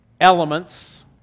elements